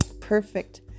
perfect